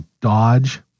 dodge